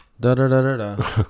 Da-da-da-da-da